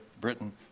Britain